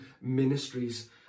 ministries